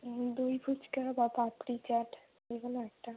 দই ফুচকা বা পাপড়ি চাট যেকোনো একটা